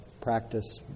practice